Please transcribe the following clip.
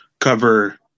cover